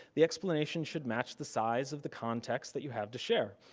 the explanation should match the size of the context that you have to share.